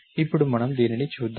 ఇప్పుడు మనం దీనిని చూద్దాం